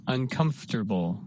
Uncomfortable